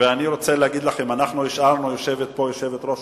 ואני רוצה להגיד לכם: יושבת פה יושבת-ראש